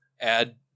Add